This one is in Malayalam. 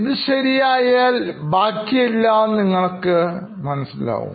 ഇത് ശരിയായാൽ ബാക്കിയെല്ലാം നിങ്ങൾക്ക് മനസ്സിലാവും